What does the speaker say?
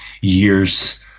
years